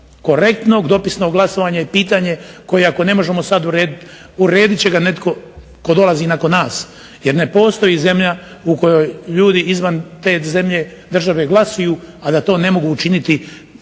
korektnog dopisnog glasovanja je pitanje koje je ako ne možemo sada urediti uredit će ga netko tko dolazi nakon nas jer ne postoji zemlja u kojoj ljudi izvan te države glasuju a da to ne mogu učiniti